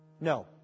No